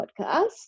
podcast